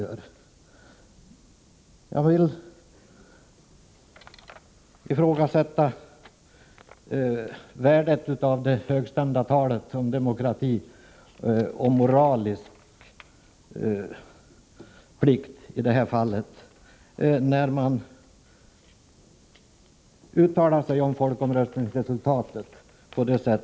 Jag ifrågasätter värdet av det högstämda talet om demokrati och moralisk plikt i detta fall — med tanke på hur Birgitta Dahl uttalade sig om folkomröstningsresultatet.